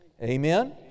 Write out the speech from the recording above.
amen